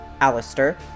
Alistair